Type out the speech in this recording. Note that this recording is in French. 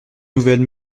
nouvelle